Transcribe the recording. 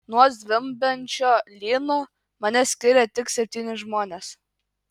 nuo zvimbiančio lyno mane skiria tik septyni žmonės